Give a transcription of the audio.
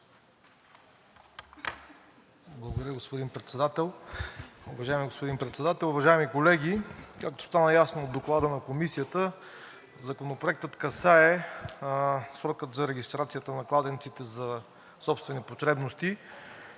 Уважаеми господин Председател, уважаеми колеги, както стана ясно от Доклада на Комисията, Законопроектът касае срока за регистрацията на кладенците за собствени потребности,